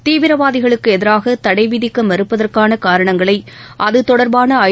தீவிரவாதிகளுக்கு எதிராக தளட விதிக்க மறப்பதற்கான காரணங்களை அது தொடர்பான ஐ